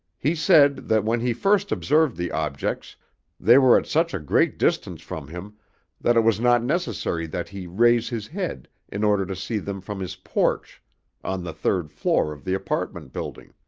he said that when he first observed the objects they were at such a great distance from him that it was not necessary that he raise his head in order to see them from his porch on the third floor of the apartment building.